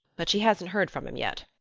but she hasn't heard from him yet.